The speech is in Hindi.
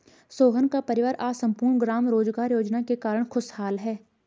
सोहन का परिवार आज सम्पूर्ण ग्राम रोजगार योजना के कारण खुशहाल है